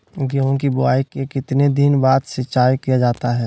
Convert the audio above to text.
गेंहू की बोआई के कितने दिन बाद सिंचाई किया जाता है?